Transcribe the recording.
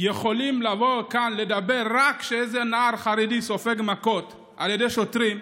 יכולים לבוא לכאן לדבר רק כשאיזה נער חרדי סופג מכות על ידי שוטרים,